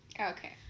Okay